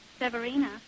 Severina